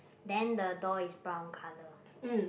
then the door is brown color